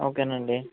ఓకేనండి